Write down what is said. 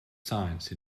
science